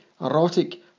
erotic